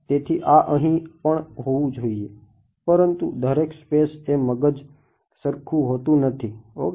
તેથી આ અહીં પણ હોવું જોઈએ પરંતુ દરેક સ્પેસ એ મગજ સરખુ હોતું નથી ઓકે